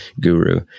guru